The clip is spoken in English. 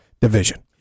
division